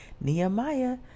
Nehemiah